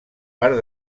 part